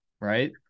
right